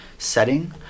setting